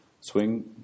swing